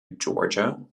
georgia